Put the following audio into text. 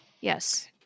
Yes